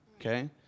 Okay